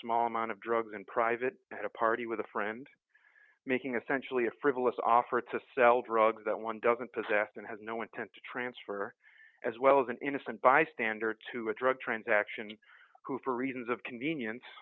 small amount of drugs in private at a party with a friend making essentially a frivolous offer to sell drugs that one doesn't possess and has no intent to transfer as well as an innocent bystander to a drug transaction who for reasons of convenience